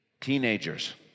Teenagers